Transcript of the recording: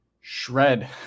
shred